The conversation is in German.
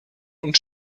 und